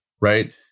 Right